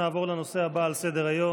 נעבור לנושא הבא על סדר-היום,